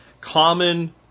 common